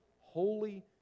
holy